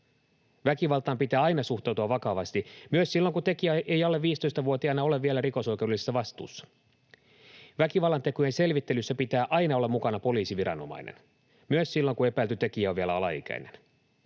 Väkivaltaan pitää aina suhtautua vakavasti, myös silloin, kun tekijä ei alle 15-vuotiaana ole vielä rikosoikeudellisessa vastuussa. Väkivallantekojen selvittelyssä pitää aina olla mukana poliisiviranomainen, myös silloin, kun epäilty tekijä on vielä alaikäinen.